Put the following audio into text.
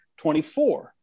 24